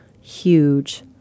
huge